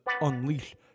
Unleash